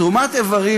תרומת איברים,